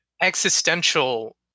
existential